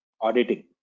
auditing